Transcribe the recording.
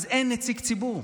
אז אין נציג ציבור,